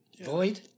Void